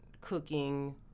cooking